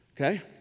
Okay